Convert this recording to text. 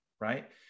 right